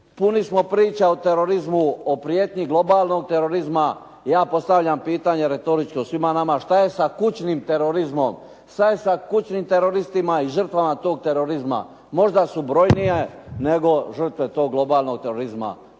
puni smo priča o terorizmu, o prijetnji globalnog terorizma. Ja postavljam pitanje retoričko svima nama. Što je sa kućnim terorizmom? Što je sa kućnim teroristima i žrtvama toga terorizma? Možda su brojnije nego žrtve tog globalnog terorizma,